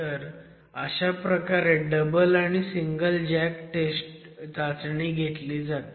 तर अशा प्रकारे डबल आणि सिंगल जॅक चाचणी घेतली जाते